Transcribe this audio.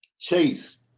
chase